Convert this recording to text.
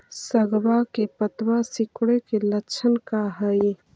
सगवा के पत्तवा सिकुड़े के लक्षण का हाई?